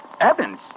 Evans